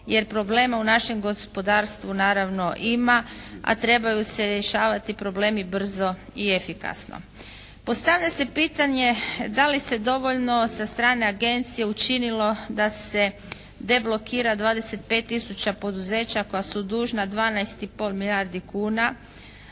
jer problema u našem gospodarstvu naravno ima, a trebaju se rješavati problemi brzo i efikasno. Postavlja se pitanje da li se dovoljno sa strane agencije učinilo da se deblokira 25000 poduzeća koja su dužna 12 i pol milijardi kuna,